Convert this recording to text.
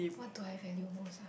what do I value most ah